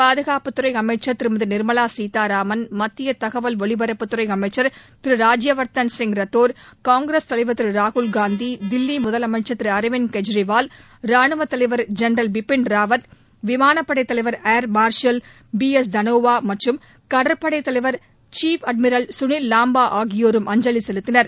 பாதுகாப்பு துறை அமைச்சர் திருமதி நிர்மலா சீதாராமன் மத்திய தகவல் ஒலிபரப்புத் துறை அமைச்ச் திரு ராஜ்யவர்த்தன் ரத்தோர் காங்கிரஸ் தலைவர் திரு ராகுல் காந்தி தில்லி முதலமைச்ச் திரு அரவிந்த் கெஜ்ரிவால் ராணுவ தலைவர் ஜென்ரல் பிபின் ராவத் விமானப் படை தலைவர் air chief marshal B S Dhanoa மற்றும் கடற்படைத் தலைவர் சீப் அட்மிரல் சுனில் லாம்பா ஆகியோரும் அஞ்சலி செலுத்தினர்